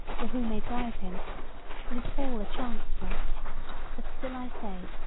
or who may drive him it is all a chance for us but still i say,